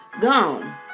gone